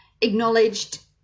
acknowledged